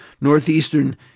northeastern